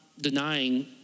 denying